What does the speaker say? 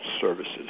services